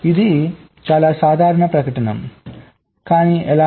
ఇది చాలా సాధారణ ప్రకటన కానీ ఎలా